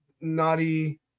naughty